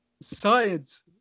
science